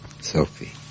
Sophie